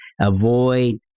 Avoid